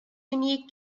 unique